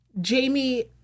Jamie